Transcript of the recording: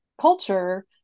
culture